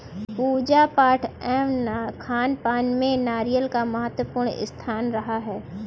पूजा पाठ एवं खानपान में नारियल का महत्वपूर्ण स्थान रहा है